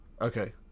Okay